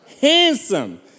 handsome